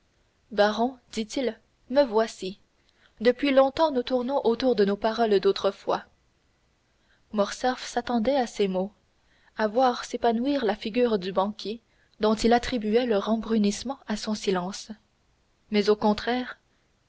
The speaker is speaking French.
baron dit-il me voici depuis longtemps nous tournons autour de nos paroles d'autrefois morcerf s'attendait à ces mots à voir s'épanouir la figure du banquier dont il attribuait le rembrunissement à son silence mais au contraire